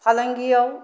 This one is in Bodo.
फालांगियाव